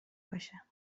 باشه